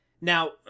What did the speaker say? Now